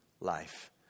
life